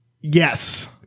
Yes